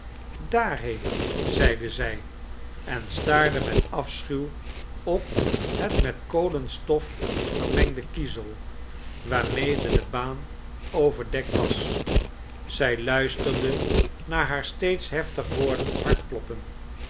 daarheen zeide zij en staarde met afschuw op het met kolenstof vermengde kiezel waarmede de baan overdekt was zij luisterde naar haar steeds heftiger wordend hartkloppen